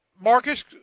Marcus